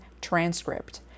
transcript